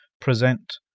present